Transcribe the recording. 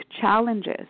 challenges